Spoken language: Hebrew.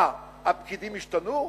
מה, הפקידים השתנו?